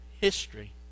history